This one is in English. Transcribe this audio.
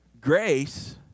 Grace